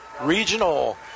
Regional